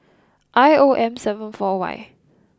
I O M seven four Y